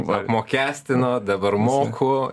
va apmokestino dabar moku